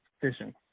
fishing